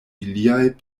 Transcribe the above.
iliaj